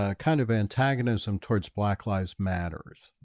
ah kind of antagonism towards black lives matters,